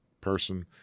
person